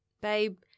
babe